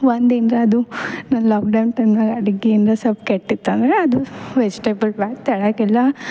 ಒಂದಿನ್ರ ಅದು ನಾನು ಲಾಕ್ಡೌನ್ ಟೈಮ್ನಾಗ ಅಡ್ಗಿ ಅಂದ್ರೆ ಸೊಲ್ಪ ಕಿಟ್ಟಿತ್ ಅಂದ್ರೆ ಅದು ವೆಜಿಟೇಬಲ್ ಬಾತು ತಳಕ್ಕೆಲ್ಲ